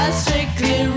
strictly